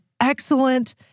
excellent